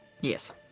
Yes